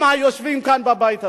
גם היושבים כאן בבית הזה.